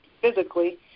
physically